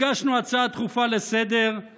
הגשנו הצעה דחופה לסדר-היום,